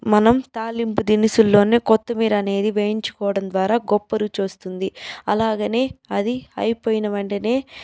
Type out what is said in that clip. మనం తాలింపు దినుసుల్లోనే కొత్తిమీర అనేది వేయించుకోడం ద్వారా గొప్ప రుచొస్తుంది అలాగనే అది అయిపోయిన వెంటనే